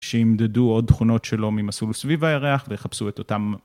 שימדדו עוד תכונות שלו ממסלול סביב הערך ויחפשו את אותם.